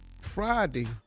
Friday